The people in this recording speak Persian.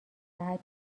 جهت